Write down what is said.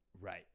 right